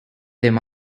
them